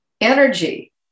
Energy